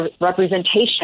representation